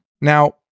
now